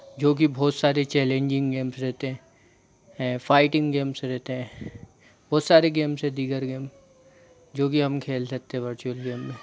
जो कि बहुत सारे चेलेंजिंग गेम्स रहते हैं फ़ाइटिंग गेम्स रहते हैं बहुत सारे गेम्स हैं दीगर गेम जो कि हम खेल सकते हैं वर्चुअल गेम में